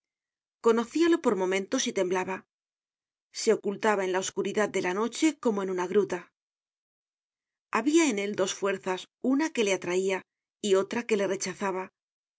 conocíalo por momentos y temblaba se ocultaba en la oscuridad de la noche como en una gruta habia en él dos fuerzas una que le atraia y otra que le rechazaba